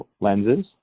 lenses